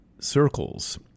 circles